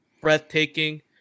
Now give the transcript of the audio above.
breathtaking